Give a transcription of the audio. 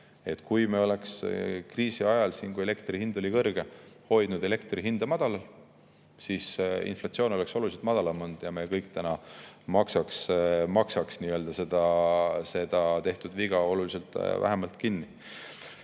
Kui me oleks kriisi ajal, kui elektri hind oli kõrge, hoidnud elektri hinda madalal, siis oleks inflatsioon olnud oluliselt madalam ja me kõik maksaks täna seda tehtud viga oluliselt vähem kinni. Teil